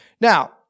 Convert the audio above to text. Now